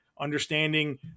understanding